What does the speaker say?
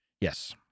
Yes